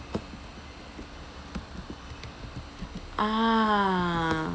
ah